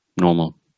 normal